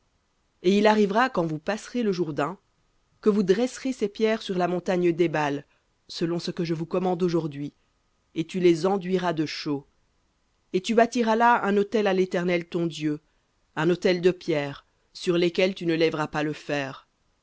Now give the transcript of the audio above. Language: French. et il arrivera quand vous passerez le jourdain que vous dresserez ces pierres sur la montagne d'ébal que je vous commande aujourd'hui et tu les enduiras de chaux et tu bâtiras là un autel à l'éternel ton dieu un autel de pierres sur lesquelles tu ne lèveras pas le fer